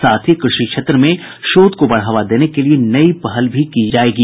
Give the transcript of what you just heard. साथ ही कृषि क्षेत्र में शोध को बढ़ावा देने के लिए नयी पहल भी की जायेगी